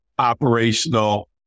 operational